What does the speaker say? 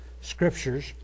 scriptures